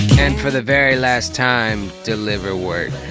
and for the very last time deliver work.